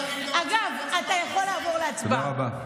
אגב, אתה יכול לעבור להצבעה.